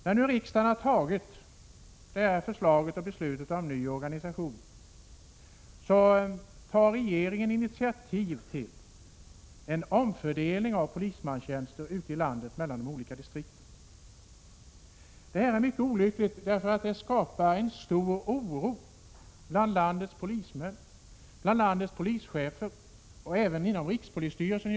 När nu riksdagen har fattat beslut om ny organisation tar regeringen initiativ till en omfördelning av polismanstjänster ute i landet mellan de olika distrikten. Detta är mycket olyckligt, därför att det skapar stor oro bland landets polismän och polischefer och även inom rikspolisstyrelsen.